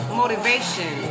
motivation